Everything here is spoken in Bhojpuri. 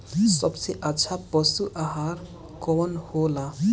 सबसे अच्छा पशु आहार कवन हो ला?